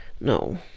No